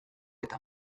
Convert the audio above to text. eta